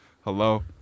Hello